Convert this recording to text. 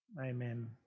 amen